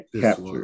captured